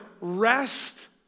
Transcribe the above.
rest